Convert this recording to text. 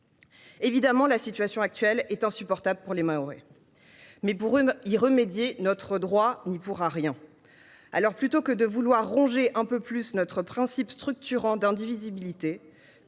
évidemment, la situation actuelle est insupportable pour les Mahorais. Mais, pour y remédier, notre droit n’y pourra rien. Alors, plutôt que de ronger encore un peu plus ce principe structurant de notre